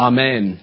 Amen